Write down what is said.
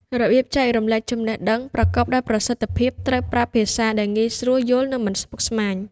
របៀបចែករំលែកចំណេះដឹងប្រកបដោយប្រសិទ្ធភាពត្រូវប្រើភាសាដែលងាយស្រួលយល់ និងមិនស្មុគស្មាញ។